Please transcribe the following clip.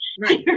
Right